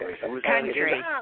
Country